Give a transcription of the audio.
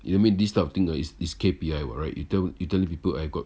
uh I mean this type of thing uh is is K_P_I [what] right you telli~ you telling people I got